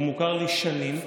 הוא מוכר לי שנים,